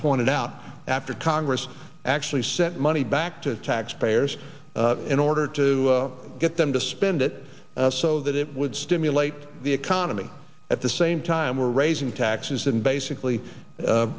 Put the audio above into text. pointed out after congress actually sent money back to taxpayers in order to get them to spend it so that it would stimulate the economy at the same time we're raising taxes and basically